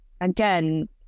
again